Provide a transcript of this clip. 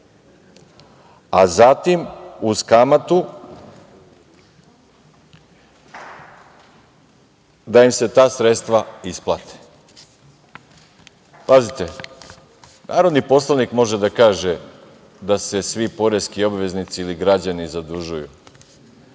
a zatim uz kamatu da im se ta sredstva isplate. Pazite, narodni poslanik može da kaže da se svi poreski obveznici ili građani zadužuju,